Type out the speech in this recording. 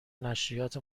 نشریات